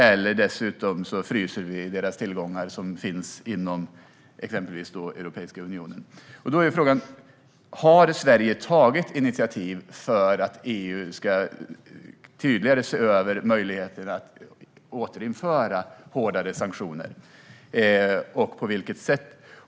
Man kan dessutom se till att frysa de tillgångar de har inom exempelvis Europeiska unionen. Då är frågan: Har Sverige tagit initiativ för att EU tydligare ska se över möjligheten att återinföra hårdare sanktioner, och i så fall på vilket sätt?